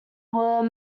were